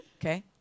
Okay